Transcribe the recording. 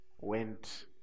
went